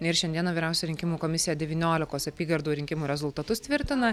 ir šiandiena vyriausia rinkimų komisija devyniolikos apygardų rinkimų rezultatus tvirtina